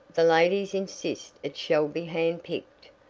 the ladies insist it shall be handpicked,